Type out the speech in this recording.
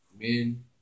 Men